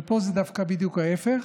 אבל פה זה דווקא בדיוק ההפך.